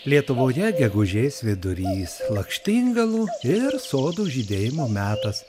lietuvoje gegužės vidurys lakštingalų ir sodų žydėjimų metas